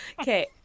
Okay